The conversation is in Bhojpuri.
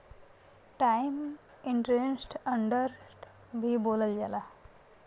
टाइम्स इन्ट्रेस्ट अर्न्ड भी बोलल जाला